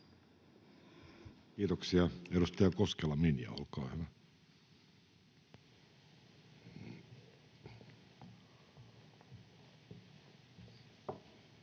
Kiitoksia. — Edustaja Koskela, Minja, olkaa hyvä.